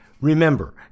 Remember